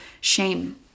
shame